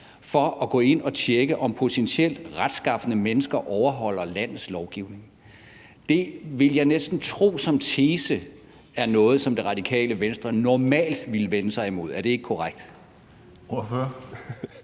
for at gå ind at tjekke, om potentielt retskafne mennesker overholder landets lovgivning, vil jeg næsten tro, som tese, er noget, som Radikale Venstre normalt ville vende sig imod. Er det ikke korrekt?